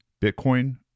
Bitcoin